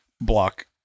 block